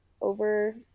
over